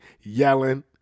yelling